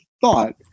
thought